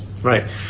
Right